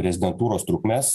rezidentūros trukmes